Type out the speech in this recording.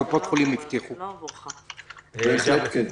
בהחלט כן.